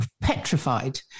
petrified